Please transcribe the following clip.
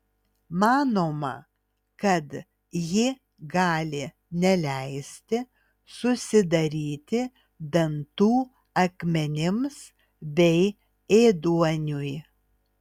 manoma kad ji gali neleisti susidaryti dantų akmenims bei ėduoniui